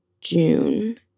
June